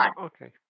Okay